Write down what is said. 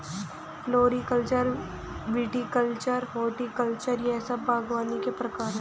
floriculture, viticulture, horticulture यह सब बागवानी के प्रकार है